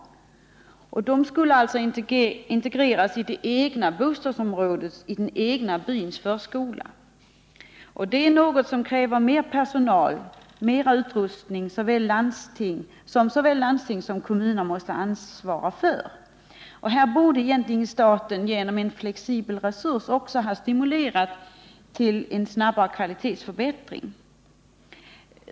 Dessa barn skulle alltså integreras i det egna bostadsområdets eller den egna byns förskola. Detta är någonting som kräver större personal och mer utrustning, som såväl kommunerna som landstingen måste svara för. Här borde egentligen staten genom en flexibel resurs ha stimulerat till en snabb kvalitetsförbättring.